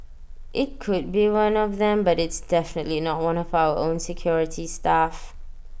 IT could be one of them but it's definitely not one of our security staff